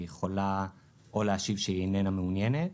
היא יכולה או להשיב שהיא איננה מעוניינת,